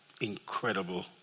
incredible